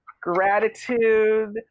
gratitude